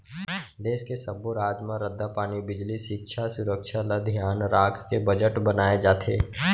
देस के सब्बो राज म रद्दा, पानी, बिजली, सिक्छा, सुरक्छा ल धियान राखके बजट बनाए जाथे